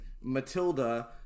matilda